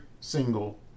single